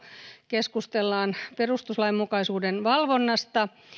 keskustellaan perustuslainmukaisuuden valvonnasta